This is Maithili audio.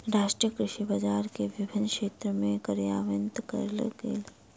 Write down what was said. राष्ट्रीय कृषि बजार के विभिन्न क्षेत्र में कार्यान्वित कयल गेल